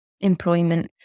employment